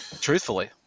truthfully